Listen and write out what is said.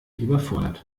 überfordert